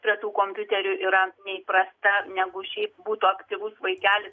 prie tų kompiuterių yra neįprasta negu šiaip būtų aktyvus vaikelis